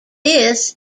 this